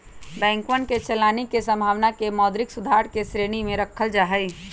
बैंकवन के चलानी के संभावना के मौद्रिक सुधार के श्रेणी में रखल जाहई